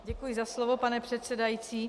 Děkuji za slovo, pane předsedající.